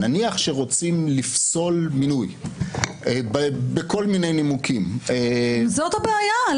נניח שרוצים לפסול מינוי בכל מיני נימוקים --- זאת הבעיה.